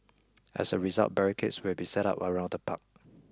as a result barricades will be set up around the park